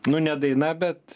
nu ne daina bet